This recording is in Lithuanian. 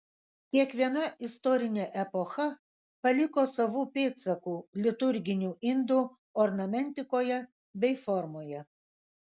kiekviena istorinė epocha paliko savų pėdsakų liturginių indų ornamentikoje bei formoje